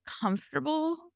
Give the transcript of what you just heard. comfortable